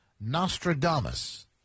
Nostradamus